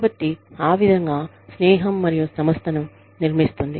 కాబట్టి ఆ విధంగా స్నేహం మరియు సంస్థను నిర్మిస్తుంది